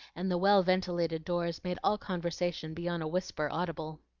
and the well-ventilated doors made all conversation beyond a whisper audible.